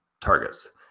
targets